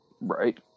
Right